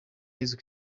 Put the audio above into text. yezu